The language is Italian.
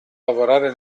lavorare